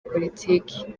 politiki